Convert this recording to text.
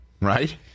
Right